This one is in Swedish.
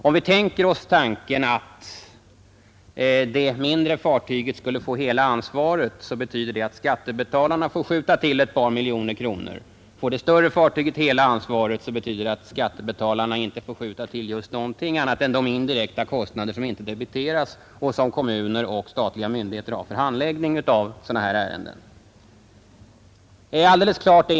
Om vi tänker oss att det mindre fartyget skulle få hela ansvaret, så betyder det att skattebetalarna får skjuta till ett par miljoner kronor. Får det större fartyget hela ansvaret, så betyder det att skattebetalarna inte får skjuta till just någonting annat än de indirekta kostnader som inte debiteras och som kommuner och statliga myndigheter har för handläggning av sådana här ärenden.